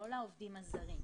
לא לעובדים הזרים.